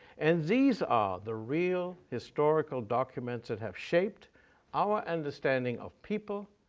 and these are the real historical documents that have shaped our understanding of people,